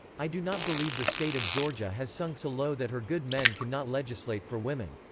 i do not believe the state of georgia has sunk so low that her good men can not legislate for women.